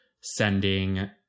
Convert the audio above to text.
sending